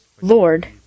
Lord